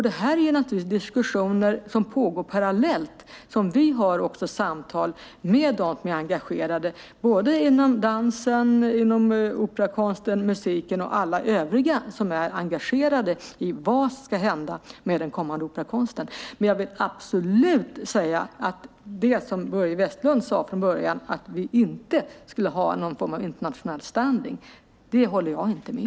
Det här är naturligtvis diskussioner som pågår parallellt med att vi har samtal med dem som är engagerade inom dansen, operakonsten och musiken och med alla övriga som är engagerade i vad som ska hända med den kommande operakonsten. Men jag vill absolut säga att jag inte håller med om det som Börje Vestlund sade från början, att vi inte skulle ha någon form av internationell standard.